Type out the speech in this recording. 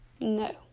no